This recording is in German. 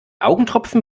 augentropfen